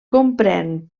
comprèn